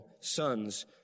sons